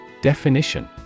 Definition